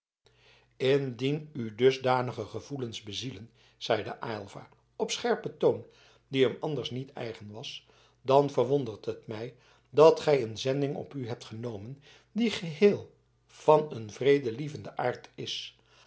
indien u dusdanige gevoelens bezielen zeide aylva op een scherpen toon die hem anders niet eigen was dan verwondert het mij dat gij een zending op u hebt genomen die geheel van een vredelievenden aard is